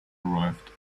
arrived